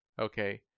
okay